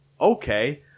Okay